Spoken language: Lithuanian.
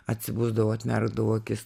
atsibusdavau atmerkdavau akis